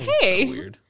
hey